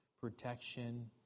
protection